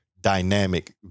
dynamic